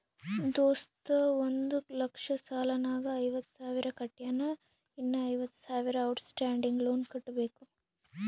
ದೋಸ್ತ ಒಂದ್ ಲಕ್ಷ ಸಾಲ ನಾಗ್ ಐವತ್ತ ಸಾವಿರ ಕಟ್ಯಾನ್ ಇನ್ನಾ ಐವತ್ತ ಸಾವಿರ ಔಟ್ ಸ್ಟ್ಯಾಂಡಿಂಗ್ ಲೋನ್ ಕಟ್ಟಬೇಕ್